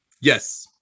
Yes